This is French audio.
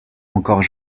encore